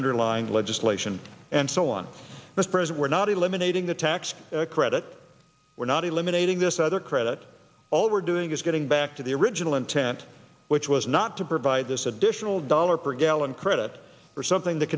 underlying legislation and so on the spread we're not eliminating the tax credit we're not eliminating this other credit all we're doing is getting back to the original intent which was not to provide this additional dollar per gallon credit for something that